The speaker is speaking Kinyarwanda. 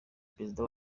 perezida